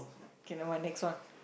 K nevermind next one